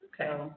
okay